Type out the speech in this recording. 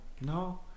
No